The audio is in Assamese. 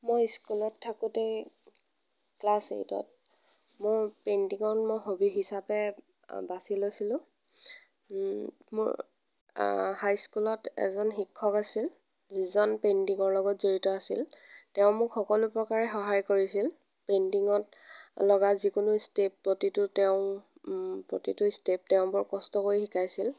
মই স্কুলত থাকোঁতেই ক্লাছ এইটত মোৰ পেইণ্টিঙত মোৰ হবি হিচাপে বাচি লৈছিলোঁ মোৰ হাইস্কুলত এজন শিক্ষক আছিল যিজন পেইণ্টিঙৰ লগত জড়িত আছিল তেওঁ মোক সকলো প্ৰকাৰে সহায় কৰিছিল পেইণ্টিঙত লগা যিকোনো ষ্টেপ প্ৰতিটো তেওঁ প্ৰতিটো ষ্টেপ তেওঁ বৰ কষ্ট কৰি শিকাইছিল